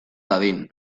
dadin